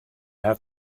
have